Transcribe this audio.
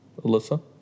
Alyssa